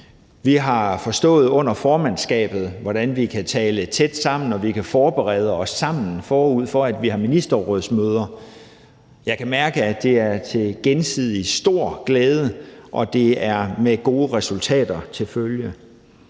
Vi har under formandskabet forstået, hvordan vi kan tale tæt sammen, og vi kan forberede os sammen, forud for at vi har ministerrådsmøder. Jeg kan mærke, at det er til gensidig stor glæde, og det er med gode resultater til følge.